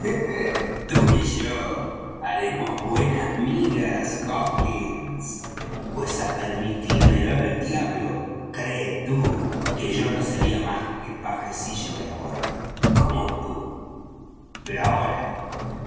yo haremos buenas migas hawkins pues á permitírmelo el diablo cree tú que yo no sería más que pajecillo de á bordo como tú pero ahora